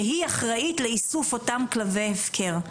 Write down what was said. שהיא אחראית לאיסוף אותם כלבי הפקר.